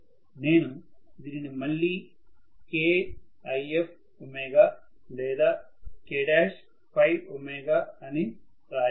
నేను దీన్ని మళ్లీ KIfω లేదా KØω అని రాయగలను